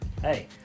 hey